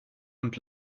und